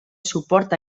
suport